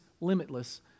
limitless